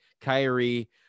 Kyrie